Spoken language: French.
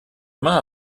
mains